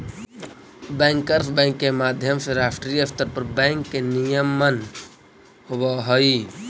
bankers bank के माध्यम से राष्ट्रीय स्तर पर बैंक के नियमन होवऽ हइ